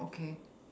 okay